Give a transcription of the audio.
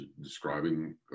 describing